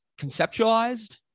conceptualized